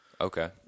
okay